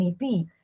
NEP